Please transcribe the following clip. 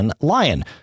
Lion